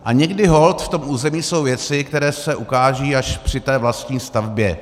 A někdy holt v tom území jsou věci, které se ukážou až při té vlastní stavbě.